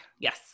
Yes